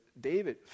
David